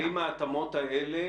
האם ההתאמות האלה